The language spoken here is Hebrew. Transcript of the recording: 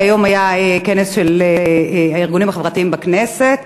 והיום היה כנס של הארגונים החברתיים בכנסת,